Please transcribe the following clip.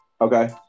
Okay